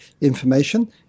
information